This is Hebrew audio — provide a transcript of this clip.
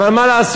אבל מה לעשות,